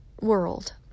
world